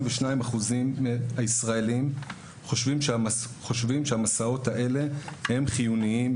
אחוזים מהישראלים חושבים שהמסעות האלה הם חיוניים,